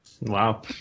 Wow